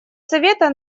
совета